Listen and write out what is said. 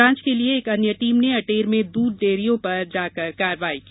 जांच के लिये एक अन्य टीम ने अटेर में दूध डेयरियों पर जाकर कार्यवाही की